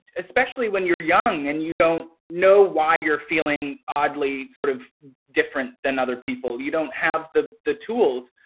especially when you're young and you don't know why you're feeling oddly sort of different than other people, you don't have the the tools.